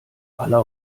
aller